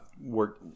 work